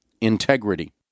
integrity